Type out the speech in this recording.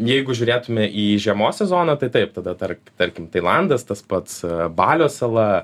jeigu žiūrėtume į žiemos sezoną tai taip tada tark tarkim tailandas tas pats balio sala